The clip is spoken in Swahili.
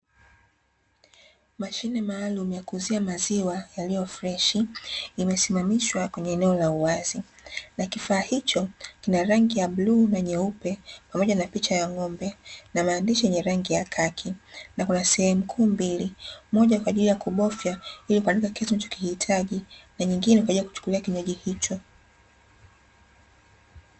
Mashine maalumu ya kuuzia maziwa yaliyo freshi imesimamishwa kwenye eneo la uwazi na kifaa hicho kina rangi ya bluu na nyeupe pamoja na picha ya ng'ombe na maandishi yenye rangi ya kaki na kuna sehemu kuu mbili, moja kwa ajili ya kubofya ili kuandika kiasi unachokihitaji na nyingine kwa ajili ya kuchukulia kinywaji hicho.